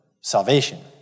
salvation